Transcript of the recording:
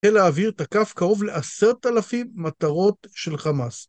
חיל האוויר תקף קרוב לעשרת־אלפים מטרות של חמאס.